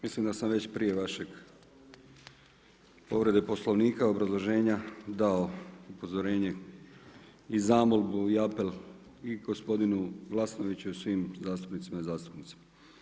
Mislim da sam već prije vašeg povrede Poslovnika, obrazloženja dao upozorenje i zamolbu i apel i gospodinu Glasnoviću i svim zastupnicima i zastupnicama.